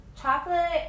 Chocolate